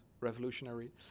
revolutionary